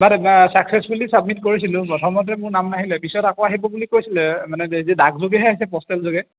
বাট uh successfully submit কৰিছিলোঁ প্ৰথমতে মোৰ নাম নাহিলে পিছত আকৌ আহিব বুলি কৈছিলে মানে ডাকযোগেহে আহিছে প'ষ্টেল যোগে